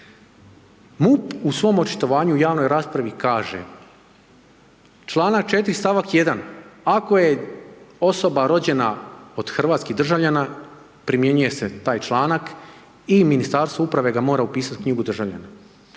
MUP u svom očitovanju u javnoj raspravi kaže, članak 4. stavak 1. ako je osoba rođena od hrvatskih državljana primjenjuje se taj članak i Ministarstvo uprave ga mora upisati u knjigu državljana.